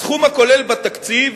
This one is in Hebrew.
הסכום הכולל בתקציב